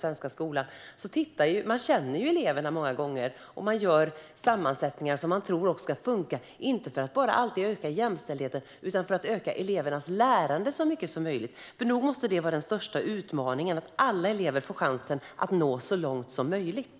Man känner många gånger eleverna, och man gör sammansättningar som man tror ska funka. Det handlar inte alltid bara om att öka jämställdheten utan om att öka elevernas lärande så mycket som möjligt. För nog måste det vara den största utmaningen - att alla elever får chansen att nå så långt som möjligt?